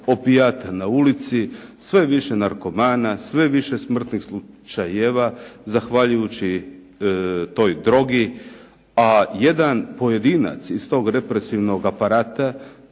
opijata na ulici, sve više narkomana, sve više smrtnih slučajeva zahvaljujući toj drogi, a jedan pojedinac iz tog represivnog aparata